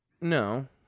No